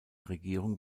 regierung